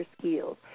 skills